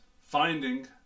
Finding